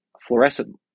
fluorescent